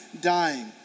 dying